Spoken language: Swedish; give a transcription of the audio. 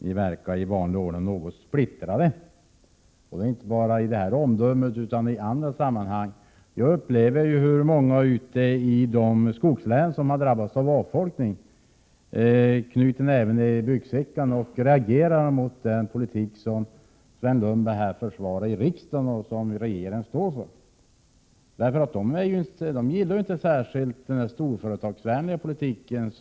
Ni verkar som vanligt splittrade — det gäller inte bara i detta sammanhang utan även i andra. I de skogslän som har drabbats av avfolkning knyter man näven i byxfickan och reagerar mot den politik som regeringen står för och som Sven Lundberg försvarar här i riksdagen. Man gillar inte denna storföretagsvänliga politik.